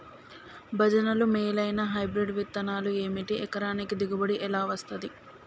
భజనలు మేలైనా హైబ్రిడ్ విత్తనాలు ఏమిటి? ఎకరానికి దిగుబడి ఎలా వస్తది?